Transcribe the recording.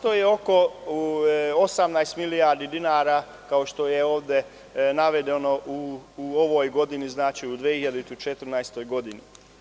To je oko 18 milijardi dinara kao što je ovde navedeno u ovoj godini, znači u 2014 godini.